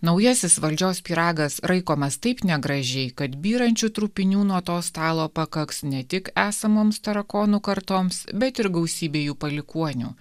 naujasis valdžios pyragas raikomas taip negražiai kad byrančių trupinių nuo to stalo pakaks ne tik esamoms tarakonų kartoms bet ir gausybei jų palikuonių